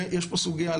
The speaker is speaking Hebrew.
ויש פה סוגיה,